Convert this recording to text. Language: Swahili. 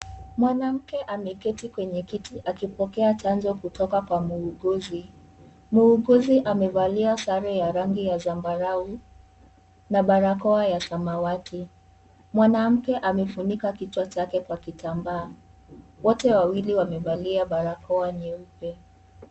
Mwanamke ameketi kwenye kiti akipokea chanjo kutoka kwa muuguzi. Muuguzi amevalia sare ya rangi ya zambarau na barakoa ya samawati. Mwanamke amefunika kichwa chake kwa kitambaa. Wote wawili wamevalia barakoa nyeupe.